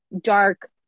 dark